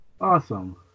Awesome